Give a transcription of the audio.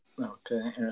Okay